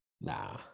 Nah